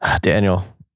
Daniel